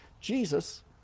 Jesus